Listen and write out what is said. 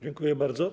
Dziękuję bardzo.